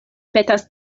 petas